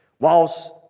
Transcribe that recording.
Whilst